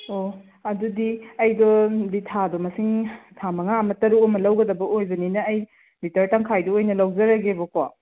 ꯑꯣ ꯑꯗꯨꯗꯤ ꯑꯩꯗꯣ ꯊꯥꯗꯣ ꯃꯁꯤꯡ ꯊꯥ ꯃꯉꯥ ꯑꯃ ꯇꯔꯨꯛ ꯑꯃ ꯂꯧꯒꯗꯕ ꯑꯣꯏꯕꯅꯤꯅ ꯑꯩ ꯂꯤꯇꯔ ꯇꯪꯈꯥꯏꯗꯨ ꯑꯣꯏꯅ ꯂꯧꯖꯔꯒꯦꯕꯀꯣ